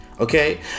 Okay